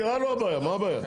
אז נפתרה לו הבעיה, מה הבעיה?